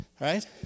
right